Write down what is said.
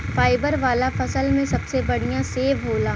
fibre वाला फल में सबसे बढ़िया सेव होला